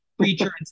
creature